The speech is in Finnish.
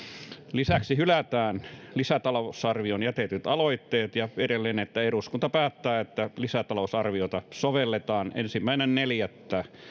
lisäksi hylätään lisätalousarvioon jätetyt aloitteet ja edelleen todetaan että eduskunta päättää että lisätalousarviota sovelletaan ensimmäinen neljättä